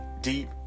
Deep